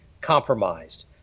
compromised